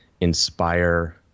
inspire